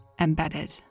Embedded